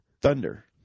Thunder